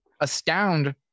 astound